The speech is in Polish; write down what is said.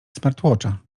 smartwatcha